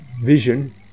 vision